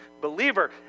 believer